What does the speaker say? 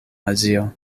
azio